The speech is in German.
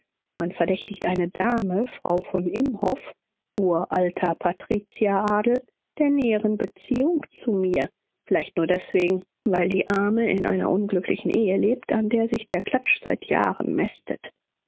man verdächtigt eine dame frau von imhoff uralter patrizieradel der näheren beziehung zu mir vielleicht nur deswegen weil die arme in einer unglücklichen ehe lebt an der sich der klatsch seit jahren mästet